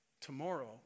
Tomorrow